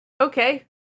Okay